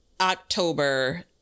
October